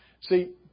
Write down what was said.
See